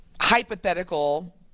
hypothetical